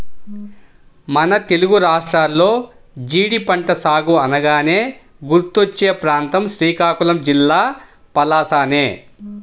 మన తెలుగు రాష్ట్రాల్లో జీడి పంట సాగు అనగానే గుర్తుకొచ్చే ప్రాంతం శ్రీకాకుళం జిల్లా పలాసనే